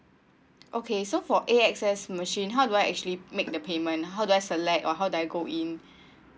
okay so for A_X_S machine how do I actually make the payment how do I select or how do I go in